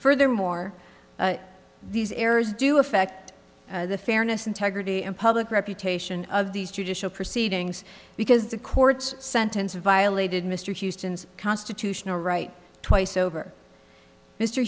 furthermore these errors do affect the fairness integrity and public reputation of these judicial proceedings because the court's sentence violated mr houston's constitutional right twice over mr